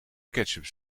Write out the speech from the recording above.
ketchup